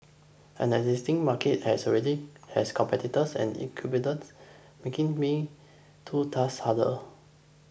an existing market has already has competitors and incumbents making me too task harder